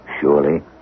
surely